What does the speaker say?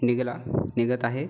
निघाला निघत आहे